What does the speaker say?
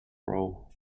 role